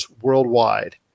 worldwide